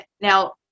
Now